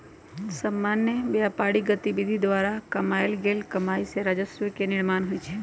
सामान्य व्यापारिक गतिविधि द्वारा कमायल गेल कमाइ से राजस्व के निर्माण होइ छइ